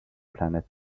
planet